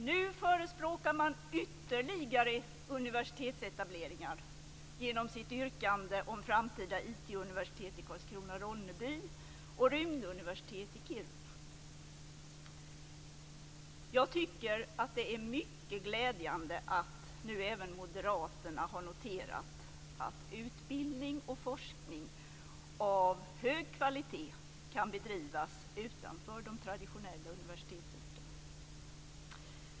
Nu förespråkar man ytterligare universitetsetableringar genom sitt yrkande om framtida IT Jag tycker att det är mycket glädjande att nu även moderaterna har noterat att utbildning och forskning av hög kvalitet kan bedrivas utanför de traditionella universitetsorterna.